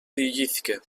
διηγήθηκε